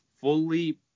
fully